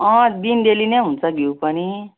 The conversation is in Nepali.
दिन डेली नै हुन्छ घिउ पनि